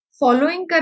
following